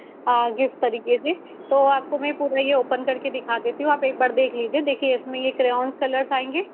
gift तरीके से तो आपको मैं पूरा ये ओपन कर के दिखा देती हूँ आप एक बार देख लीजिए देखिए इस में ये क्रेऑन्स कलर्स आएंगे